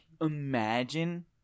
imagine